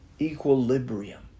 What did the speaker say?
equilibrium